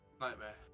Nightmare